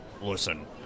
listen